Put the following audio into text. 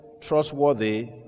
trustworthy